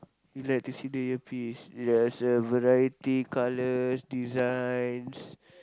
you like to see the earpiece ya it's a variety colours designs